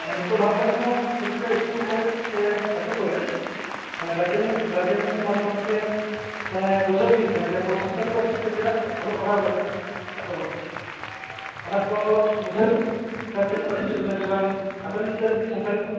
ᱱᱤᱛᱳᱜ ᱱᱚᱣᱟ ᱠᱚᱨᱮ ᱦᱚᱸ ᱯᱚᱨᱛᱤ ᱴᱟ ᱤᱥᱠᱩᱞ ᱠᱚᱨᱮᱫ ᱥᱮ ᱟᱹᱛᱩ ᱠᱚᱨᱮᱫ ᱚᱱᱮ ᱜᱟᱨᱡᱮᱱ ᱜᱟᱨᱡᱮᱱ ᱢᱤᱴᱤᱝ ᱢᱟᱫᱷᱚᱢ ᱛᱮ ᱢᱟᱱᱮ ᱵᱩᱡᱷᱟᱹᱣ ᱦᱩᱭᱩᱜ ᱠᱟᱱᱟ ᱡᱮ ᱟᱵᱚ ᱥᱟᱱᱛᱟᱲᱤ ᱯᱟᱹᱨᱰᱤ ᱛᱮᱫᱚ ᱪᱮᱫᱟᱜ ᱚᱞᱚᱜ ᱯᱟᱲᱦᱟᱣ ᱞᱟᱜᱟᱜ ᱛᱟᱵᱚᱱᱟ ᱚᱱᱟ ᱵᱩᱡᱷᱟᱹᱣ ᱜᱟᱨᱡᱮᱱ ᱠᱚ ᱟᱹᱪᱩᱨ ᱦᱩᱭᱩᱜ ᱠᱟᱱᱟ ᱵᱟᱝ ᱟᱯᱮ ᱨᱮᱱ ᱜᱤᱫᱟᱹᱨ ᱡᱩᱫᱤ ᱥᱟᱱᱴᱟᱲᱤ ᱛᱮᱠᱚ